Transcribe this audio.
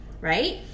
right